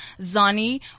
Zani